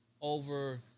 over